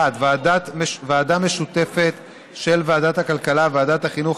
1. ועדה משותפת של ועדת הכלכלה וועדת החינוך,